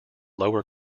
lower